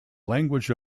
language